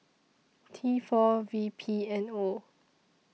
T four V P N O